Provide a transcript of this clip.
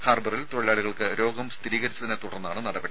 ഹാർബറിൽ തൊഴിലാളികൾക്ക് രോഗം സ്ഥിരീകരിച്ചതിനെത്തുടർന്നാണ് നടപടി